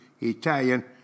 Italian